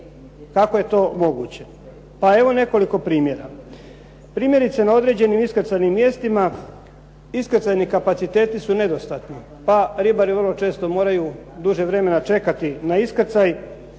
Kako je to moguće? Pa evo nekoliko primjera. Primjerice, na određenim iskrcajnim mjestima, iskrcajni kapaciteti su nedostatni pa ribari vrlo često moraju duže vremena čekati na iskrcaj